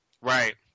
Right